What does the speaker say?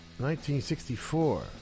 1964